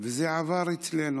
וזה עבר אצלנו,